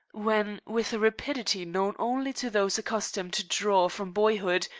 when, with a rapidity known only to those accustomed to draw from boyhood,